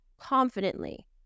confidently